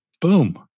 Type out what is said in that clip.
Boom